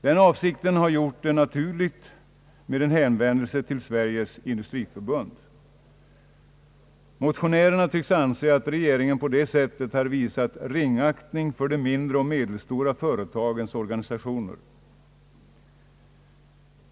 Den avsikten har gjort det naturligt med en hänvändelse till Sveriges industriförbund. Motionärerna tycks anse att regeringen på det sättet har visat ringaktning för de mindre och medelstora företagens organisationer.